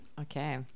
Okay